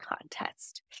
contest